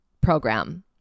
program